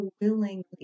willingly